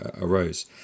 arose